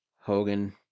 Hogan